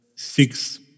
Six